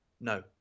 no